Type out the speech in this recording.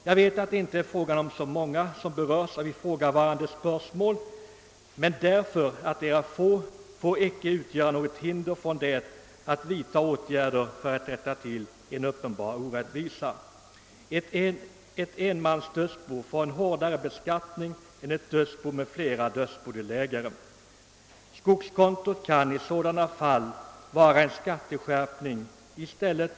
Jag vet att det inte är många som berörs av denna fråga men den omständigheten får inte hindra att åtgärder vidtages för att rätta till en uppenbar orättvisa. Meningen med skogskontot är att åstadkomma en rättvis fördelning av skogsintäkterna på flera år och därmed ett bättre avvägt skatteuttag.